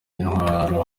intwaro